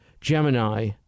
Gemini